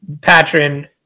patron